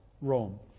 Rome